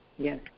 Yes